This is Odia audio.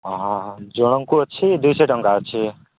ହଁ ହଁ ଜଣଙ୍କୁ ଅଛି ଦୁଇ ଶହ ଟଙ୍କା ଅଛି